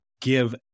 give